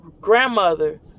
grandmother